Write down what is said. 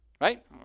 Right